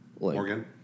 Morgan